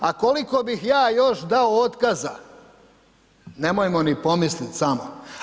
A koliko bih ja još dao otkaza nemojmo ni pomisliti samo.